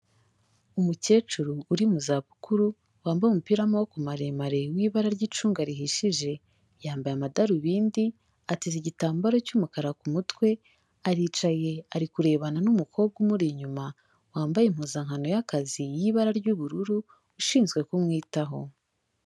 Umukecuru uri mu zabukuru, wambaye umupira w'amaboko maremare, w'ibara ry'icunga rihishije. Yambaye amadarubindi, ateze igitambaro cy'umukara ku mutwe, aricaye ari kurebana n'umukobwa umuri inyuma, wambaye impuzankano y'akazi, y'ibara ry'ubururu, ushinzwe kumwitaho.